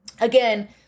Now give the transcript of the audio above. again